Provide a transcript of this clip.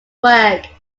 work